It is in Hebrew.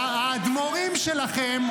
האדמו"רים שלכם,